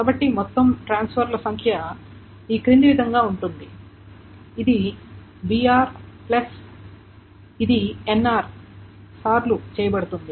కాబట్టి మొత్తం ట్రాన్స్ఫర్ల సంఖ్య క్రింది విధంగా ఉంది ఇది br ప్లస్ ఇది nr సార్లు చేయబడుతుంది